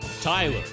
Tyler